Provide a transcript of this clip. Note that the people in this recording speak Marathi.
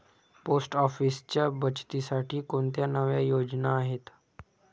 पोस्ट ऑफिसच्या बचतीसाठी कोणत्या नव्या योजना आहेत?